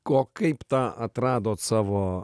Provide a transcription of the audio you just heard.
ko kaip tą atradot savo